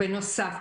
ובנוסף,